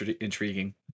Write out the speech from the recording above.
intriguing